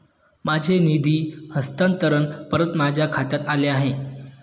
माझे निधी हस्तांतरण परत माझ्या खात्यात आले आहे